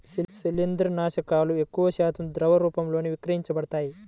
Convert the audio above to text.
శిలీంద్రనాశకాలు ఎక్కువశాతం ద్రవ రూపంలోనే విక్రయించబడతాయి